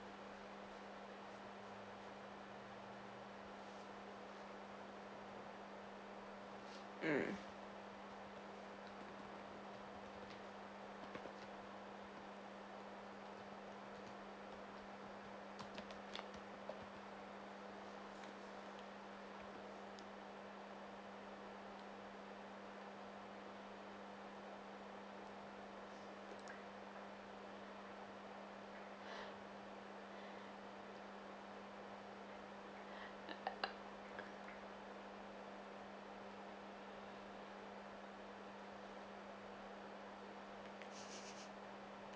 mm